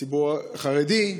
הציבור החרדי,